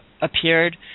appeared